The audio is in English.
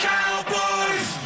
Cowboys